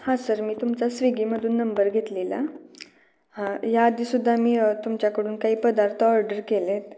हा सर मी तुमचा स्विगीमधून नंबर घेतलेला हां याआधीसुद्धा मी तुमच्याकडून काही पदार्थ ऑर्डर केलेत